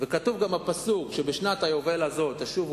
וכתוב גם הפסוק שבשנת היובל הזאת תשובו